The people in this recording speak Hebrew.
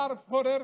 השר פורר,